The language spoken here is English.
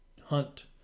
hunt